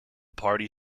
party